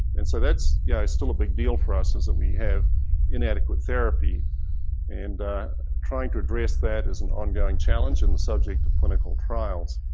and so that's yeah still a big deal for us is that we have inadequate therapy and trying to address that is an ongoing challenge and the subject of clinical trials.